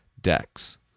decks